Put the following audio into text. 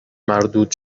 مردود